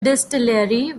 distillery